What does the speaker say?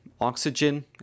oxygen